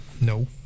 No